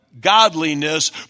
godliness